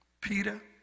Peter